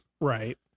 Right